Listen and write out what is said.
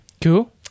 Cool